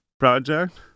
project